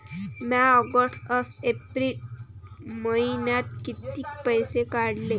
म्या ऑगस्ट अस एप्रिल मइन्यात कितीक पैसे काढले?